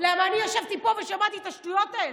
כי אני ישבתי פה ושמעתי את השטויות האלה.